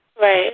Right